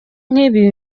nk’ibi